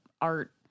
art